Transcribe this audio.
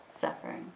suffering